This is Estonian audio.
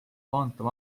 vantaa